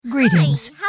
Greetings